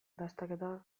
dastaketa